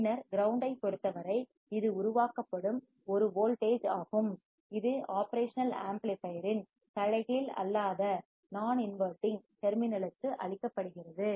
பின்னர் கிரவுண்டைப் பொறுத்தவரை இது உருவாக்கப்படும் ஒரு வோல்டேஜ் ஆகும் இது ஒப்ரேஷனல் ஆம்ப்ளிபையர் இன் தலைகீழ் அல்லாத நான் இன்வடிங் டெர்மினல் லுக்கு அளிக்கப்படுகிறது